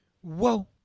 Whoa